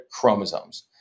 chromosomes